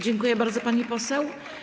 Dziękuję bardzo, pani poseł.